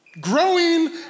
growing